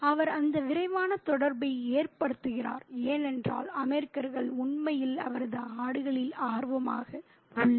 அவர் அந்த விரைவான தொடர்பை ஏற்படுத்துகிறார் ஏனென்றால் அமெரிக்கர்கள் உண்மையில் அவரது ஆடுகளில் ஆர்வமாக உள்ளனர்